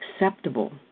acceptable